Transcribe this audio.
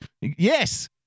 Yes